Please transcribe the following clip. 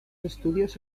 estudios